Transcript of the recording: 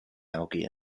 algae